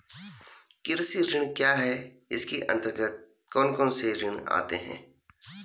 कृषि ऋण क्या है इसके अन्तर्गत कौन कौनसे ऋण आते हैं?